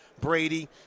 Brady